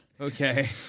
okay